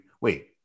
Wait